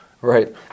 Right